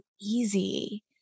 easy